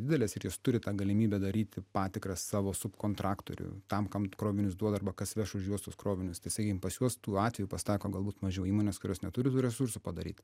didelės ir jos turi tą galimybę daryti patikrą savo subkontraktoriui tam kam krovinius duoda arba kas veš už juos tuos krovinius tai sakykim pas juos tų atvejų pasitaiko galbūt mažiau įmonės kurios neturi tų resursų padaryt